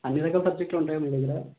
అన్నీ రకాల సబ్జెక్ట్లు ఉంటాయా మీ దగ్గర